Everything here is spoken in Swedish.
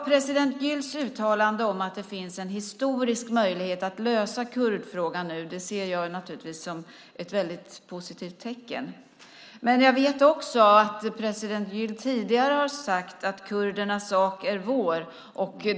President Güls uttalande om att det finns en historisk möjlighet att lösa kurdfrågan nu ser jag naturligtvis som ett väldigt positivt tecken. Men jag vet också att president Gül tidigare har sagt: Kurdernas sak är vår.